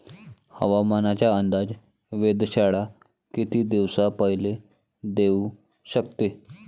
हवामानाचा अंदाज वेधशाळा किती दिवसा पयले देऊ शकते?